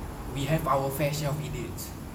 we have our fair share of idiots